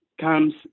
comes